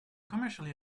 commercially